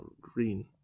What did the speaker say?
green